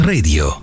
Radio